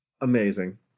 Amazing